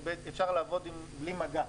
שאפשר לעבוד בלי מגע.